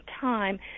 time